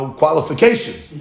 qualifications